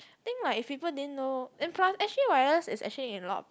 think like if people din know and plus S G wireless is actually in a lot